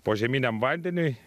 požeminiam vandeniui